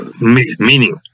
meaning